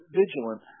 vigilant